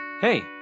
Hey